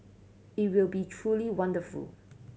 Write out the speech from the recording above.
it will be truly wonderful